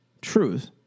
truth